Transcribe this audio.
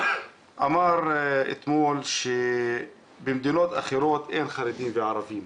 אמר אתמול שבמדינות אחרות אין חרדים וערבים,